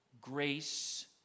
Grace